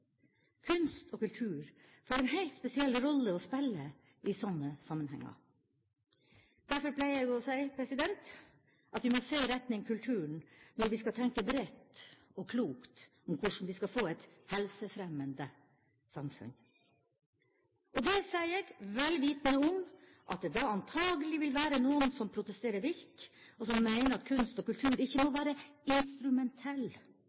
Kunst og kultur får en helt spesiell rolle å spille i slike sammenhenger. Derfor pleier jeg å si at vi må se i retning kulturen når vi skal tenke bredt og klokt om hvordan vi skal få et helsefremmende samfunn. Det sier jeg vel vitende om at det da antagelig vil være noen som protesterer vilt, og som mener at kunst og kultur ikke må